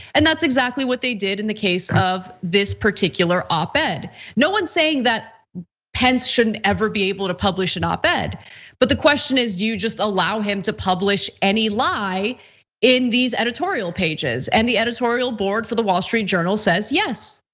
and that's exactly what they did in the case of this particular op-ed. no one saying that pence shouldn't ever be able to publish an op-ed. but the question is, do you just allow him to publish any lie in these editorial pages and the editorial board for the wall street journal says, yes.